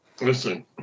Listen